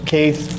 Keith